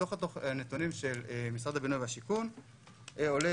מתוך הנתונים של משרד הבינוי והשיכון עולה